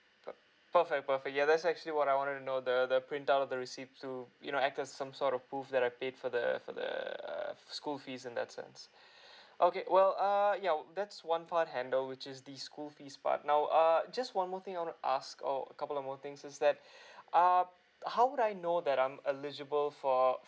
per perfect perfect ya that's actually what I want to know the the print out the receipt to you know act uh some sort of prove that I pay for the for the err school fees in that sense okay well err yeah that's one part handle which is the school fees part now err just one more thing I want to ask or a couple more things is that um how would I know that I'm eligible for